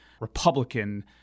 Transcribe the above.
Republican